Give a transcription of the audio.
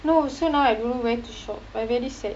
no so now I don't know where to shop I very sad